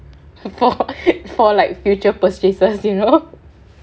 for like future purchases you know